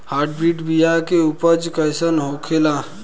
Hybrid बीया के उपज कैसन होखे ला?